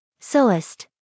Soest